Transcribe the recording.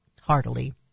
heartily